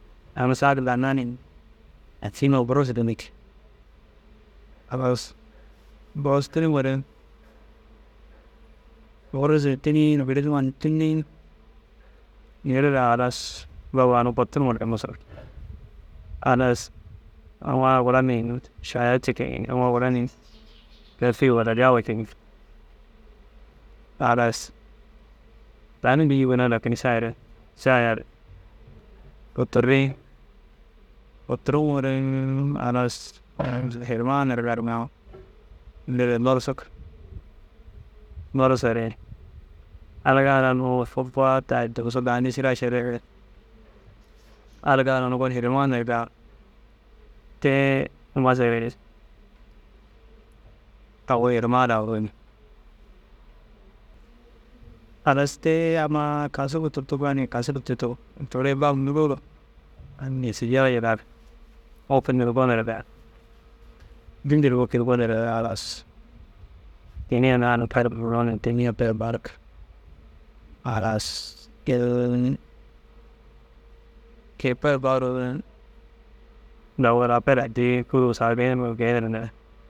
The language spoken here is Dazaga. Aŋ saag dannaa ni ciima bûrus dînnig. Halas bûrus tîniŋoore bûrus tînii ni biri numa ni tûllii yeriere halas bab a unnu foturŋa duro nusuk. Halas ammaa gura ni šaya cikii, amma gura kafe walla gawa ciidig. Halas tani bîyuu ginna lakin šai re šai yaarig, foturii foturuŋore halas hirimaa nerigaa ru ŋoore ŋiriere norosig. Norosere aliga ara nuu kubba tai dugusu daa nîsira šerere aliga ara gonum hirima nerigaa tee masere agu hirima lau halas tee amma kasugu turtuga ni kasugu turtig toore bab nuruur aŋ êtudiyan jillar wôki nuruu gonirere dîllir wêkid gonirere halas têniya niraa ni per mûuroo na têniya per baarik. Halas «hesitation» keyi peru baruu dago rapel addi kûru «unintelligible» saga genire.